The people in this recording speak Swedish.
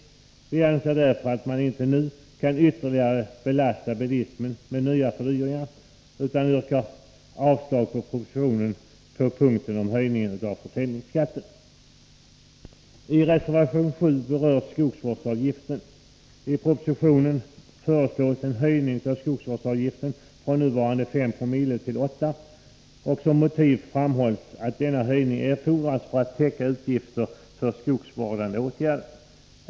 Vi anser därför att man inte nu kan ytterligare belasta bilismen med nya fördyringar, utan vi yrkar avslag på propositionens förslag om höjning av försäljningsskatten. I reservation 7 berörs skogsvårdsavgiften. I propositionen föreslås en höjning av skogsvårdsavgiften från nuvarande 5 Joo till 8 Zo. Som motiv till denna höjning framhåller man att denna höjning erfordras för att täcka utgifter för skogsvårdande åtgärder.